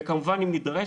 וכמובן אם נידרש,